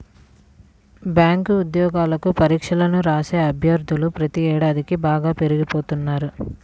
bank ఉద్యోగాలకు పరీక్షలను రాసే అభ్యర్థులు ప్రతి ఏడాదికీ బాగా పెరిగిపోతున్నారు